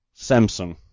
Samsung